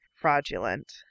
fraudulent